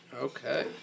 Okay